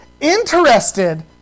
interested